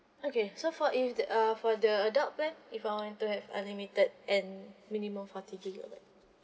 okay so for if uh for the adult plan if I want to have unlimited and minimum forty gigabyte